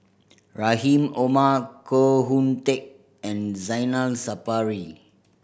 Rahim Omar Koh Hoon Teck and Zainal Sapari